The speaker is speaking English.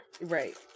Right